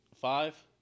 Five